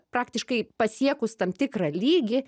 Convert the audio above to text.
praktiškai pasiekus tam tikrą lygį